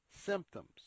symptoms